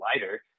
lighter